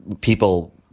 people